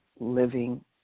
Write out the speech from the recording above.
living